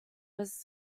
was